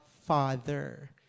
Father